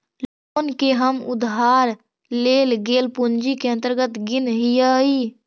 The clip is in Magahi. लोन के हम उधार लेल गेल पूंजी के अंतर्गत गिनऽ हियई